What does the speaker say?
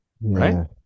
Right